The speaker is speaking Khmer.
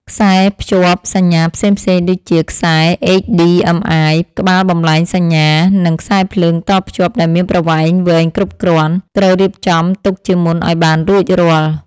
ខ្សែភ្ជាប់សញ្ញាផ្សេងៗ ដូចជាខ្សែ HDMI ក្បាលបំប្លែងសញ្ញា និងខ្សែភ្លើងតភ្ជាប់ដែលមានប្រវែងវែងគ្រប់គ្រាន់ ត្រូវរៀបចំទុកជាមុនឱ្យបានរួចរាល់។